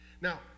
Now